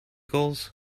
gulls